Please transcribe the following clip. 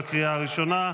בקריאה הראשונה.